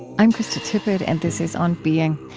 i'm krista tippett, and this is on being.